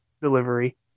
delivery